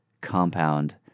compound